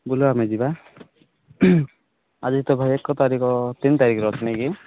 ବୁଲିବା ପାଇଁ ଯିବା ଆଜି ତ ଭାଇ ଏକ ତାରିଖ ତିନି ତାରିଖ ରଖିନି କି